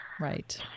Right